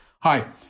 Hi